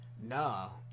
No